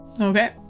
Okay